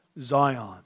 Zion